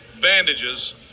bandages